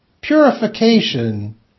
purification